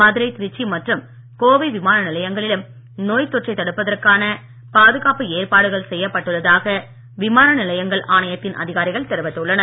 மதுரை திருச்சி மற்றும் கோவை விமான நிலையங்களிலும் நோய்த் தொற்றை தடுப்பதற்கான பாதுகாப்பு ஏற்பாடுகள் செய்யப்பட்டுள்ளதாக விமான நிலையங்கள் ஆணையத்தின் அதிகாரிகள் தெரிவித்துள்ளனர்